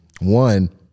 one